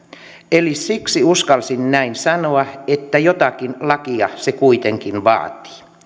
eli siksi uskalsin näin sanoa että jotakin lakia se kuitenkin vaatii